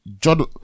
John